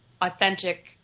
authentic